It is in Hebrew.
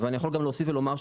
ואני יכול גם להוסיף ולומר,